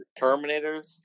Terminators